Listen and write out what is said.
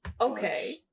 okay